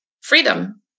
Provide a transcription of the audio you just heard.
freedom